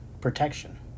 protection